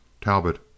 Talbot